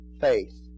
faith